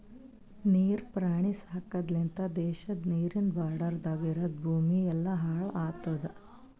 ನೀರ್ ಪ್ರಾಣಿ ಸಾಕದ್ ಲಿಂತ್ ದೇಶದ ನೀರಿಂದ್ ಬಾರ್ಡರದಾಗ್ ಇರದ್ ಭೂಮಿ ಎಲ್ಲಾ ಹಾಳ್ ಆತುದ್